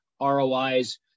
ROIs